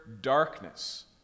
darkness